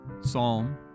Psalm